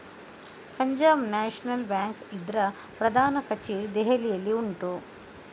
Punjab national bank ಇದ್ರ ಪ್ರಧಾನ ಕಛೇರಿ ದೆಹಲಿಯಲ್ಲಿ ಉಂಟು